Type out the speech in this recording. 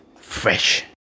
fresh